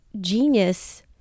genius